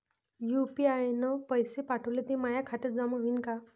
UPI न पैसे पाठवले, ते माया खात्यात जमा होईन का?